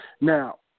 now